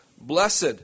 Blessed